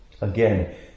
Again